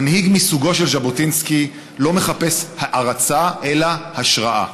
מנהיג מסוגו של ז'בוטינסקי לא מחפש הערצה אלא השראה,